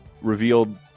revealed